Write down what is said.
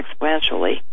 exponentially